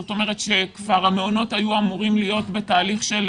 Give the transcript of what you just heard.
זאת אומרת שכבר המעונות היו אמורים להיות בתהליך של